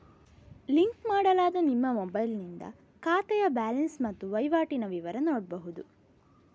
link ಮಾಡಲಾದ ನಿಮ್ಮ ಮೊಬೈಲಿನಿಂದ ಖಾತೆಯ ಬ್ಯಾಲೆನ್ಸ್ ಮತ್ತೆ ವೈವಾಟಿನ ವಿವರ ನೋಡ್ಬಹುದು